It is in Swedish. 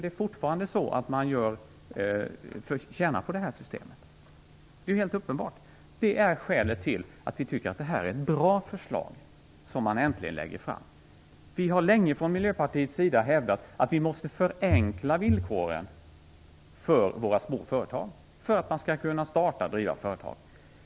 Men fortfarande tjänar man på systemet. Det är helt uppenbart. Det är skälet till att vi tycker att det förslag som äntligen har lagts fram är bra. Miljöpartiet har länge hävdat att vi måste förenkla villkoren för våra små företag för att man skall kunna starta och driva företag.